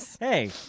Hey